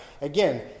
Again